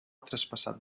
traspassat